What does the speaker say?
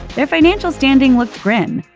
their financial standing looked grim.